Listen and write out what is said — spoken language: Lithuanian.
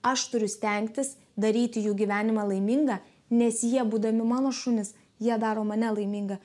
aš turiu stengtis daryti jų gyvenimą laimingą nes jie būdami mano šunys jie daro mane laiminga